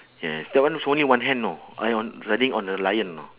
yes that one was only one hand know I on riding on the lion know